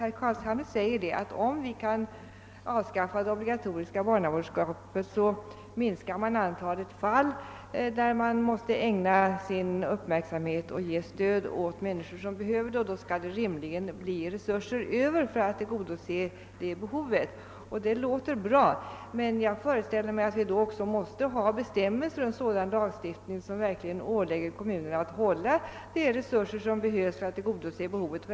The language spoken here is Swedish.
Herr Carlshamre säger att om vi kan avskaffa det obligatoriska barnavårdsmannaskapet, så minskas antalet fall där man måste ägna uppmärksamhet åt och ge stöd åt människor, och då skall det rimligen bli resurser för att tillgodose behoven. Det låter bra — men jag föreställer mig att vi då också måste ha sådana bestämmelser, måste ha en sådan lagstiftning att kommunerna verkligen åläggs att hålla de resurser som behövs.